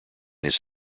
his